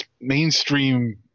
mainstream –